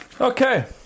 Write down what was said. Okay